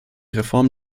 reform